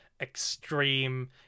extreme